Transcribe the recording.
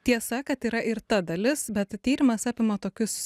tiesa kad yra ir ta dalis bet tyrimas apima tokius